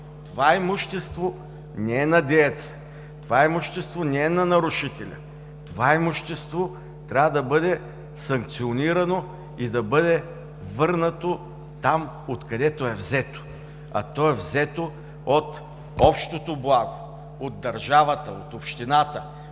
това имущество не е на деец, това имущество не е на нарушителя, това имущество трябва да бъде санкционирано и да бъде върнато там, откъдето е взето. А то е взето от общото благо – от държавата, от общината,